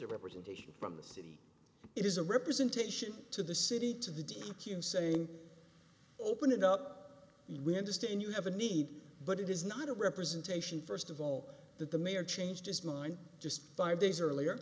a representation from the city it is a representation to the city to the d q same open it up we understand you have a need but it is not a representation first of all that the mayor changed his mind just five days earlier